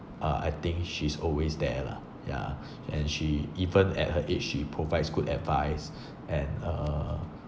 uh I think she's always there lah yeah and she even at her age she provides good advice and uh